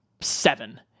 seven